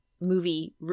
movie